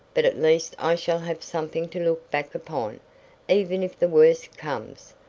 but at least i shall have something to look back upon even if the worst comes.